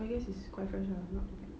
so I guess it's quite fresh lah not bad